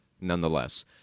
nonetheless